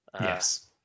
Yes